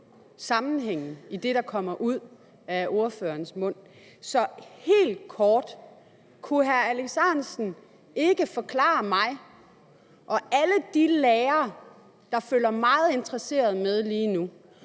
sammenhængen i det, der kommer ud af ordførerens mund. Så helt kort: Kan hr. Alex Ahrendtsen forklare mig og alle de lærere, der følger meget interesserede med lige nu,